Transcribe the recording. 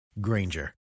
Granger